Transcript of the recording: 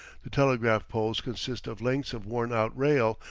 the telegraph-poles consist of lengths of worn-out rail,